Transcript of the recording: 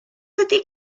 ydy